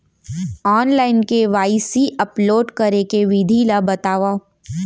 Online KYC upload करे के विधि ला बतावव?